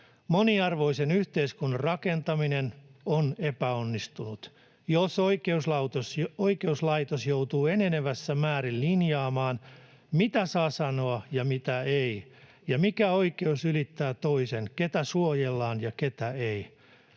Moniarvoisen yhteiskunnan rakentaminen on epäonnistunut, jos oikeuslaitos joutuu enenevässä määrin linjaamaan, mitä saa sanoa ja mitä ei ja mikä oikeus ylittää toisen, ketä suojellaan ja ketä ei.